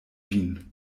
vin